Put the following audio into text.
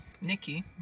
Nikki